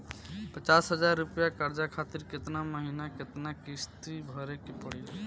पचास हज़ार रुपया कर्जा खातिर केतना महीना केतना किश्ती भरे के पड़ी?